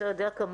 אתה יודע כמוני,